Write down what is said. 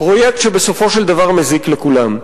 פרויקט שבסופו של דבר מזיק לכולם.